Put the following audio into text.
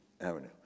avenue